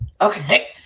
okay